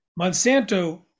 Monsanto